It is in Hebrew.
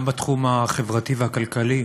גם בתחום החברתי והכלכלי,